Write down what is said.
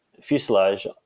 fuselage